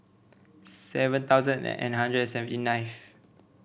seven thousand and hundred seventy ninth